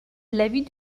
l’avis